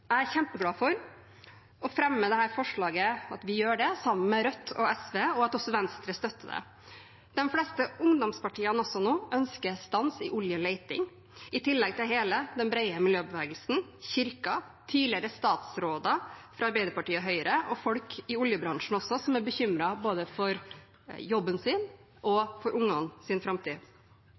Jeg er kjempeglad for at vi har fremmet forslag om å gjøre det, sammen med Rødt og SV, og at også Venstre støtter det. De fleste ungdomspartiene ønsker også nå stans i oljeleting, i tillegg til hele den brede miljøbevegelsen, Kirken, tidligere statsråder fra Arbeiderpartiet og Høyre og folk i oljebransjen som også er bekymret for jobben sin og for barnas framtid.